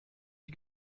die